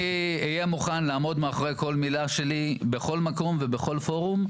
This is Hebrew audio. אני אהיה מוכן לעמוד מאחורי כל מילה שלי בכל מקום ובכל פורום,